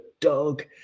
dog